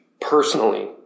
personally